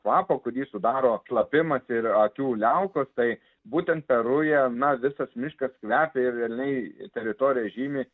kvapo kurį sudaro šlapimas ir akių liaukos tai būtent per rują na visas miškas kvepia ir realiai teritoriją žymi